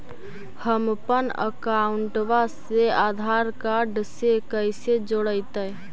हमपन अकाउँटवा से आधार कार्ड से कइसे जोडैतै?